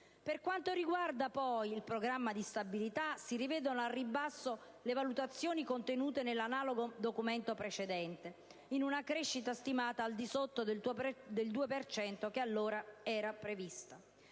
Per quanto riguarda poi il Programma di stabilità si rivedono al ribasso le valutazioni contenute nell'analogo Documento precedente e la crescita è stimata al di sotto del 2 per cento,